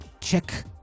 check